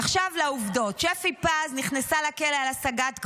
עכשיו לעובדות: שפי פז נכנסה לכלא על השגת גבול,